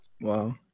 Wow